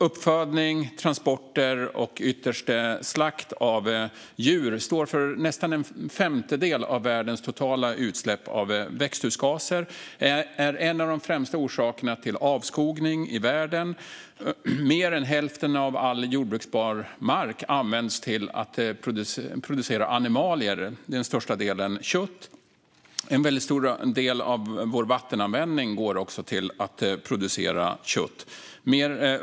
Uppfödning, transporter och, ytterst, slakt av djur står för nästan en femtedel av världens totala utsläpp av växthusgaser och är en av de främsta orsakerna till avskogning i världen. Mer än hälften av all mark som kan användas till jordbruk används till att producera animalier; den största delen är kött. En väldigt stor del av vår vattenanvändning går också till att producera kött.